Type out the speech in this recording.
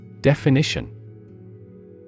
Definition